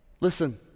Listen